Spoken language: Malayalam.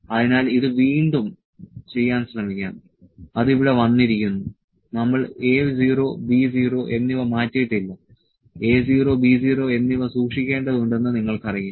അതിനാൽ ഇത് വീണ്ടും ചെയ്യാൻ ശ്രമിക്കാം അത് ഇവിടെ വന്നിരിക്കുന്നു നമ്മൾ A 0 B 0 എന്നിവ മാറ്റിയിട്ടില്ല A 0 B 0 എന്നിവ സൂക്ഷിക്കേണ്ടതുണ്ടെന്ന് നിങ്ങൾക്കറിയാം